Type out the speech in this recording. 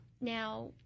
Now